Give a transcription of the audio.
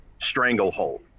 stranglehold